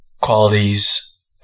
qualities